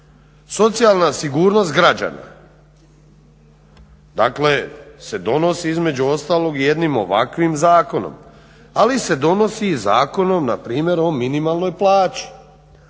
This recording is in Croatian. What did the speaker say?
socijalna sigurnost građana dakle se donosi između ostalog ovakvim jednim zakonom ali se donosi zakonom npr. o minimalnoj plaći